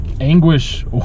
anguish